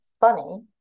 funny